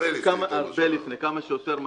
כמה שיותר מהר.